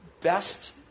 best